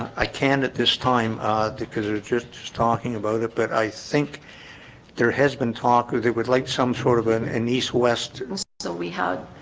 i can at this time because they're just just talking about it, but i think there has been talk or they would like some sort of an an east west and so we had